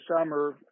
summer